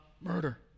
murder